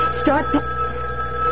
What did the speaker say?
Start